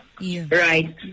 right